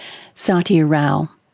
sathya rao.